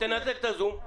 תנתק את הזום.